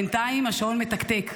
בינתיים השעון מתקתק.